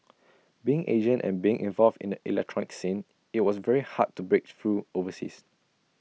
being Asian and being involved in the electronic scene IT was very hard to break through overseas